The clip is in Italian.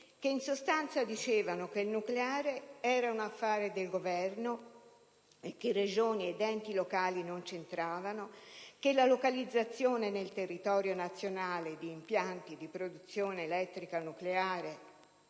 che, in sostanza, prevedevano che il nucleare era un affare del Governo e che Regioni ed enti locali non c'entravano, che la localizzazione nel territorio nazionale di impianti di produzione elettrica nucleare,